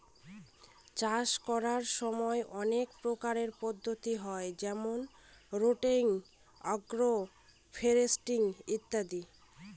চাষ করার সময় অনেক প্রকারের পদ্ধতি হয় যেমন রোটেটিং, আগ্র ফরেস্ট্রি ইত্যাদি